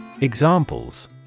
Examples